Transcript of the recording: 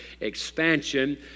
expansion